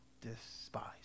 despise